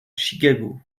chicago